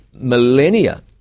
millennia